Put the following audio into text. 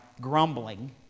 grumbling